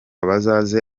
bazaze